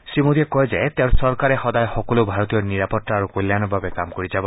শ্ৰীমোদীয়ে কয় যে তেওঁৰ চৰকাৰে সদায় সকলো ভাৰতীয়ৰ নিৰাপত্তা আৰু কল্যাণৰ বাবে কাম কৰি যাব